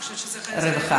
אני חושבת שזה חלק, רווחה.